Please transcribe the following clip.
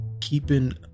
keeping